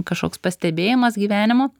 kažkoks pastebėjimas gyvenimo